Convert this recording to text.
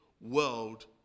world